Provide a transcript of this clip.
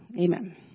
amen